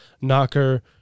knocker